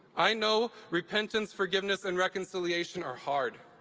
i know repentance, forgiveness and reconciliation are hard.